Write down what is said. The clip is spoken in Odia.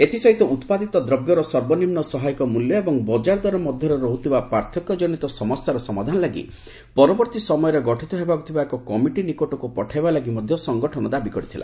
ଏଥିସହିତ ଉତ୍ପାଦିତ ଦ୍ରବ୍ୟର ସର୍ବନିମ୍ନ ସହାୟକ ମୃଲ୍ୟ ଏବଂ ବଜାର ଦର ମଧ୍ୟରେ ରହୁଥିବା ପାର୍ଥକ୍ୟଜନିତ ସମସ୍ୟାର ସମାଧାନ ଲାଗି ପରବର୍ତ୍ତୀ ସମୟରେ ଗଠିତ ହେବାକୁ ଥିବା ଏକ କମିଟି ନିକଟକୁ ପଠାଇବା ଲାଗି ମଧ୍ୟ ସଙ୍ଗଠନ ଦାବି କରିଥିଲା